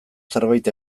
zerbait